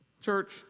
Church